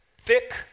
thick